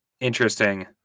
Interesting